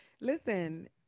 listen